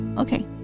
okay